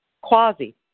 quasi